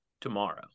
tomorrow